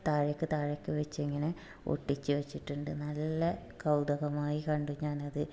താഴേക്ക് താഴേക്ക് വെച്ചിങ്ങനെ ഒട്ടിച്ച് വെച്ചിട്ടുണ്ട് നല്ല കൗതുകമായി കണ്ടു ഞാനത്